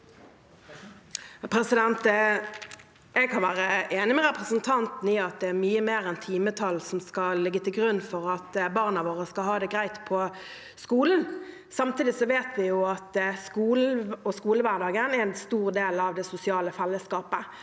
Jeg kan være enig med representanten Bollestad i at det er mye mer enn timetallet som skal ligge til grunn for at barna våre skal ha det greit på skolen. Samtidig vet vi at skolen og skolehverdagen er en stor del av det sosiale fellesskapet.